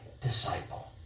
disciple